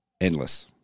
endless